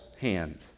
hand